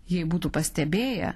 jei būtų pastebėję